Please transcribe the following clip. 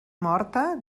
morta